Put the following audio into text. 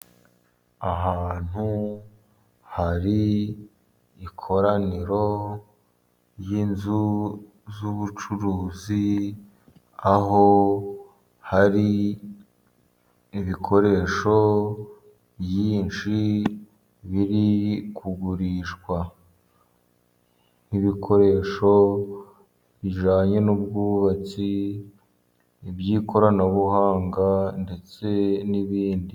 Ahantu hari ikoraniro ry'inzu z'ubucuruzi, aho hari ibikoresho byinshi biri kugurishwa, nk'ibikoresho bijyanye n'ubwubatsi, iby'ikoranabuhanga, ndetse n'ibindi.